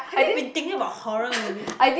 have you been thinking about horror movies